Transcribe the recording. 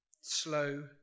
Slow